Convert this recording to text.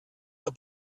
der